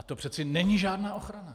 To přeci není žádná ochrana.